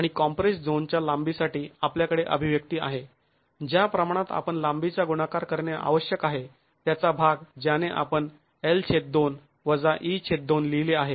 आणि कॉम्प्रेस्ड् झोनच्या लांबी साठी आपल्याकडे अभिव्यक्ती आहे ज्या प्रमाणात आपण लांबीचा गुणाकार करणे आवश्यक आहे त्याचा भाग ज्याने आपण l2 - e2 लिहिले आहे